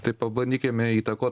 tai pabandykime įtakot